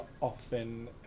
often